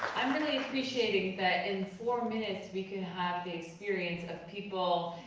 i'm really appreciating that in four minutes we can have the experience of people,